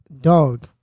dog